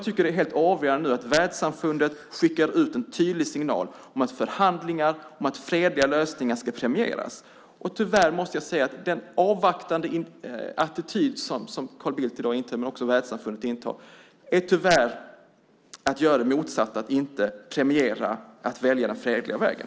Därför är det avgörande att världssamfundet skickar ut en tydlig signal om att förhandlingar och fredliga lösningar ska premieras. Tyvärr måste jag säga att den avvaktande attityd som Carl Bildt och också världssamfundet intar i dag är att göra det motsatta och inte premiera att välja den fredliga vägen.